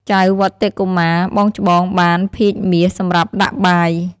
ចៅវត្តិ កុមារ (បងច្បង) បាន ភាជន៍មាស សម្រាប់ដាក់បាយ។